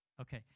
Okay